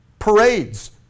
parades